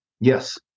Yes